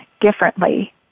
differently